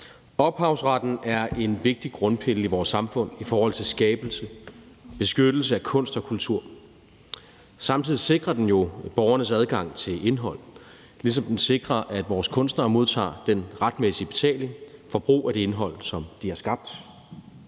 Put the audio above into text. Ophavsretten er en vigtig grundpille i vores samfund i forhold til skabelse og beskyttelse af kunst og kultur. Samtidig sikrer den jo borgernes adgang til indhold, ligesom den sikrer, at vores kunstnere modtager den retmæssige betaling for brug af det indhold, som de har skabt.